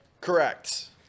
Correct